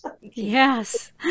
Yes